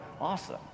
Awesome